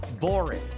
boring